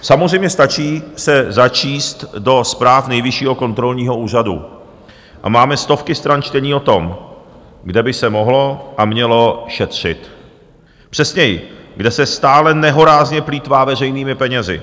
Samozřejmě stačí se začíst do zpráv Nejvyššího kontrolního úřadu a máme stovky stran čtení o tom, kde by se mohlo a mělo šetřit, přesněji, kde se stále nehorázně plýtvá veřejnými penězi.